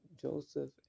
Joseph